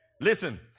Listen